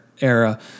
era